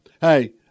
Hey